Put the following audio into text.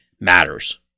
matters